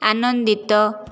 ଆନନ୍ଦିତ